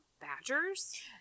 badgers